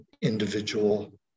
individual